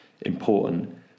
important